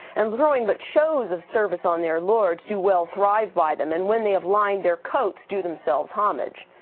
and throwing but shows of service on their lords, do well thrive by them, and when they have lined their coats, do themselves homage.